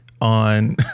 on